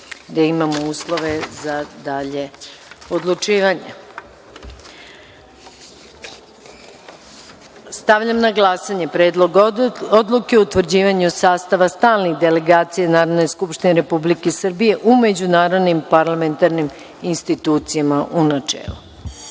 da imamo uslove za dalje odlučivanje. Stavljam na glasanje Predlog odluke o utvrđivanju sastava stalnih delegacija Narodne skupštine Republike Srbije u međunarodnim parlamentarnim institucijama, u načelu. Molim